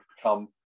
become